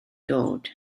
dod